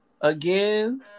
again